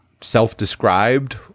self-described